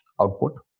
output